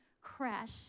crash